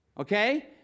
okay